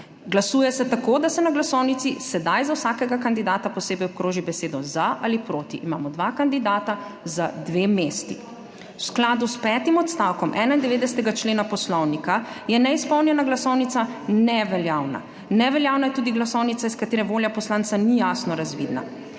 Glasuje se tako, da se na glasovnici sedaj za vsakega kandidata posebej obkroži za ali proti. Imamo dva kandidata za dve mesti. V skladu s petim odstavkom 91. člena Poslovnika je neizpolnjena glasovnica neveljavna. Neveljavna je tudi glasovnica, iz katere volja poslanca ni jasno razvidna.